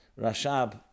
Rashab